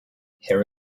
here